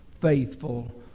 faithful